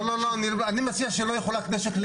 לא, אני מציע שלא יחולק נשק לאיש.